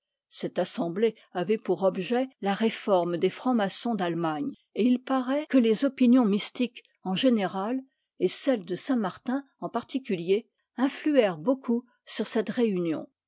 cette assemblée avait pour objet la réforme des francs-maçons d'allemagne et il paraît que les opide l'allemagne nions mystiques en général et celles de saintmartin en particulier inouèrent beaucoup sur cette réunion